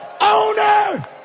owner